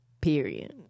Period